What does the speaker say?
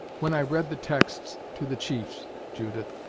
when i read the texts to the chiefs, judith,